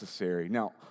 Now